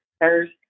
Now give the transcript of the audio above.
first